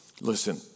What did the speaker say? Listen